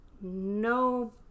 no